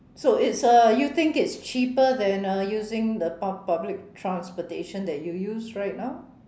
so it's a you think it's cheaper than uh using the pub~ public transportation that you use right now